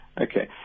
Okay